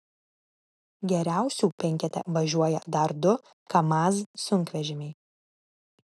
geriausių penkete važiuoja dar du kamaz sunkvežimiai